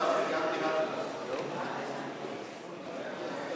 דירה ראשונה לזוגות צעירים),